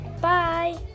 Bye